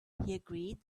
agreed